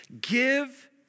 give